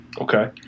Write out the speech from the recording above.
Okay